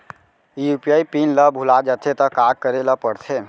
UPI pin ल भुला जाथे त का करे ल पढ़थे?